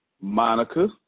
Monica